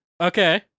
Okay